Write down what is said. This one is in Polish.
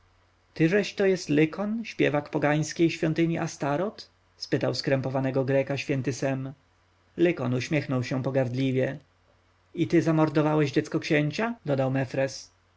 tyżeś to jest lykon śpiewak pogańskiej świątyni astoreth zapytał skrępowanego greka święty sem lykon uśmiechnął się pogardliwie i ty zamordowałeś dziecko księcia dodał